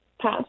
Pass